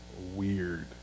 weird